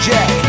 Jack